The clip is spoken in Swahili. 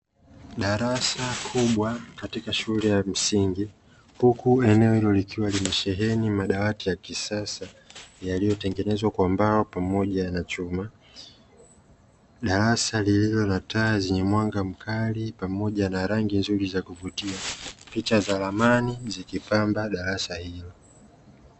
Darasa kubwa katika shule ya msingi huku eneo hilo likiwa limesheheni madawati ya kisasa yaliyotengenezwa kwa mbao pamoja na chuma, darasa lililo na taa zenye mwanga mkali pamoja na rangi nzuri za kuvutia picha za ramani zikipamba darasa hili.